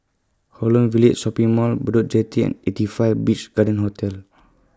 Holland Village Shopping Mall Bedok Jetty and eighty five Beach Garden Hotel